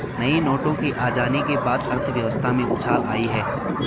नए नोटों के आ जाने के बाद अर्थव्यवस्था में उछाल आयी है